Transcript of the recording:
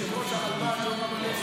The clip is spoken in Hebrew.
יושב-ראש הרלב"ד יורם הלוי הגיע,